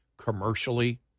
Commercially